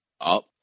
up